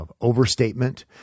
overstatement